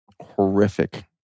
horrific